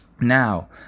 now